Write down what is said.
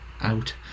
out